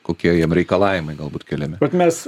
kokie jam reikalavimai galbūt keli bet mes